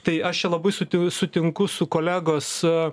tai aš čia labai suti sutinku su kolegos